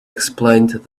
explained